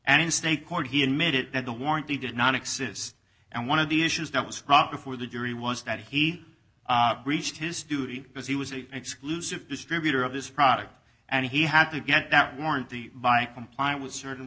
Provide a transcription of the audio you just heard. and in state court he admitted that the warranty did not exist and one of the issues that was brought before the jury was that he reached his duty because he was an exclusive distributor of this product and he had to get that warrant the by comply with certain